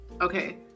okay